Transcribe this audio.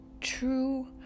true